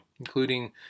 including